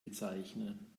bezeichnen